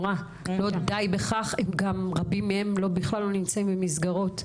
ורבים מהם בכלל לא נמצאים במסגרות.